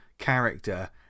character